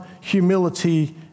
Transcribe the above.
humility